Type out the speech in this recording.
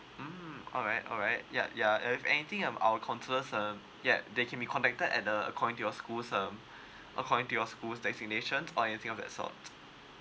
mm alright alright yeah yeah if anything I'm our countless um yeah they can be connected at the according to your schools um according to your school's destination or anything of that sort